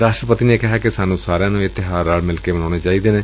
ਰਾਸ਼ਟਰਪਤੀ ਨੇ ਕਿਹਾ ਕਿ ਸਾਨੰ ਸਾਰਿਆਂ ਨੁੰ ਇਹ ਤਿਉਹਾਰ ਰਲ ਮਿਲ ਕੇ ਮਨਾਉਣਾ ਚਾਹੀਦੈ